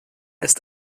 ist